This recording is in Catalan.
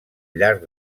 llarg